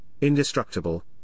indestructible